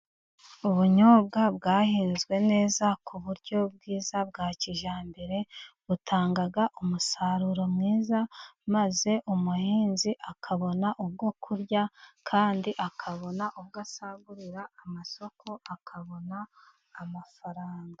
Ubunyobwa bwahinzwe neza ku buryo bwiza bwa kijyambere butanga umusaruro mwiza, maze umuhinzi akabona ubwo kurya kandi akabona ubwo asagurira amasoko akabona amafaranga.